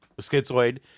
schizoid